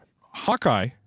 Hawkeye-